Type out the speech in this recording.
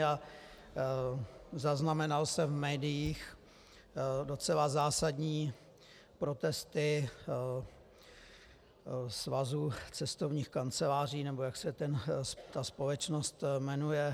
A zaznamenal jsem v médiích docela zásadní protesty svazu cestovních kanceláří, nebo jak se ta společnost jmenuje.